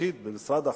תפקיד במשרד החוץ,